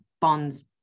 bonds